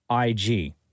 IG